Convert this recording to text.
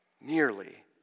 Nearly